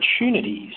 opportunities